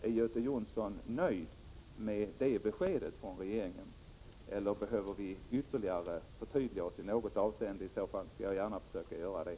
Är Göte Jonsson nöjd med det beskedet från regeringen, eller behöver vi förtydliga oss ytterligare i något avseende? I så fall skall jag gärna försöka göra det.